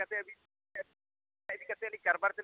ᱪᱤᱠᱟᱛᱮ ᱟᱹᱵᱤᱱ ᱚᱱᱟ ᱤᱫᱤ ᱠᱟᱛᱮᱫ ᱟᱹᱞᱤᱧ ᱠᱟᱨᱵᱟᱨ ᱫᱟᱹᱞᱤᱧ